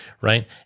right